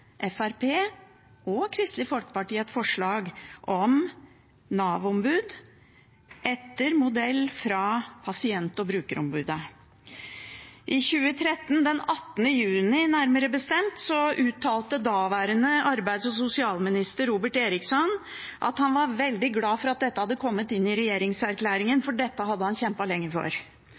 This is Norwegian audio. et forslag om et Nav-ombud etter modell av Pasient- og brukerombudet. I 2013, nærmere bestemt den 18. juni, uttalte daværende arbeids- og sosialminister Robert Eriksson at han var veldig glad for at dette hadde kommet inn i regjeringserklæringen, for dette hadde han kjempet lenge for.